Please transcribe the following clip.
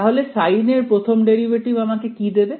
তাহলে সাইন এর প্রথম ডেরিভেটিভ আমাকে কি দেবে